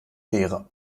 ehre